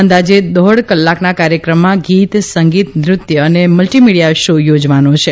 અંદાજે દોઢ કલાકના કાર્યક્રમમાં ગીત સંગીત નૃત્ય અને મલ્ટી મીડીયા શો યોજવાનો છે